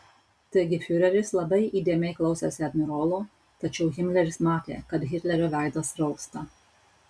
taigi fiureris labai įdėmiai klausėsi admirolo tačiau himleris matė kad hitlerio veidas rausta